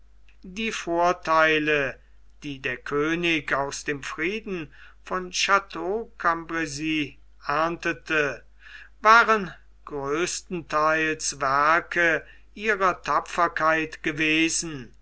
die vortheile die der könig aus dem frieden von chateau cambresis erntete waren größtenteils werke ihrer tapferkeit gewesen